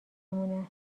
مونه